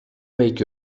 make